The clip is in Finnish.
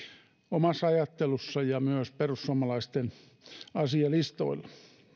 omassa ajattelussani ja myös perussuomalaisten asialistoilla